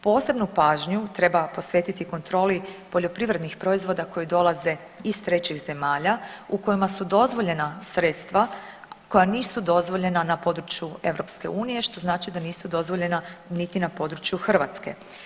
Posebnu pažnju treba posvetiti kontroli poljoprivrednih proizvoda koji dolaze iz trećih zemalja u kojima su dozvoljena sredstva koja nisu dozvoljena na području Europske unije što znači da nisu dozvoljena niti na području Hrvatske.